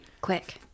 Quick